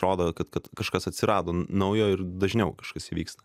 rodo kad kad kažkas atsirado naujo ir dažniau kažkas vyksta